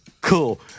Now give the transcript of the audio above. Cool